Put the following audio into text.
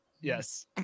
Yes